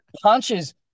punches